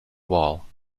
wall